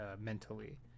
mentally